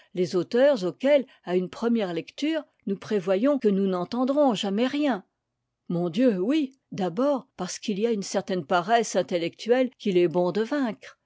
les auteurs auxquels à une première lecture nous prévoyons que nous n'entendrons jamais rien mon dieu oui d'abord parce qu'il y a une certaine paresse intellectuelle qu'il est bon de vaincre